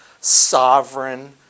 sovereign